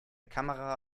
kamera